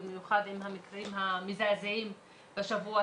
במיוחד עם המקרים המזעזעים בשבוע,